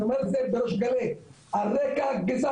אני אומר את זה בריש גלי יש כאן אפליה על רקע גזעני.